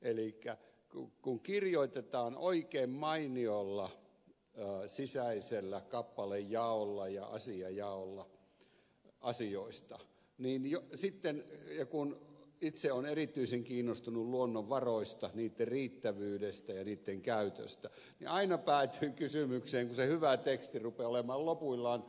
elikkä kun kirjoitetaan oikein mainiolla sisäisellä kappalejaolla ja asiajaolla asioista ja kun itse olen erityisen kiinnostunut luonnonvaroista niitten riittävyydestä ja niitten käytöstä niin aina päätyy kysymykseen kun se hyvä teksti rupeaa olemaan lopuillaan